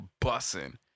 bussing